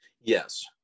Yes